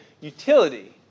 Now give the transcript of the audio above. utility